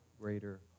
greater